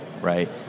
right